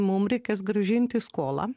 mum reikės grąžinti skolą